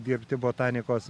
dirbti botanikos